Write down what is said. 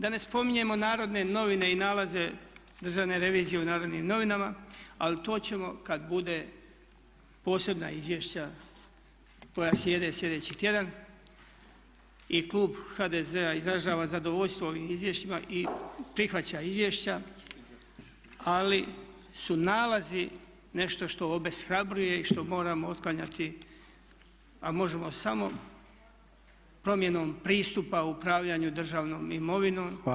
Da ne spominjemo Narodne novine i nalaze Državne revizije u Narodnim novinama ali to ćemo kad bude posebna izvješća koja slijede slijedeći tjedan i klub HDZ-a izražava zadovoljstvo ovim izvješćima i prihvaća izvješća, ali su nalazi nešto što obeshrabruje i što moramo otklanjati a možemo samo promjenom pristupa o upravljanju državnom imovinom i odgovornosti.